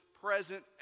present